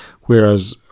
whereas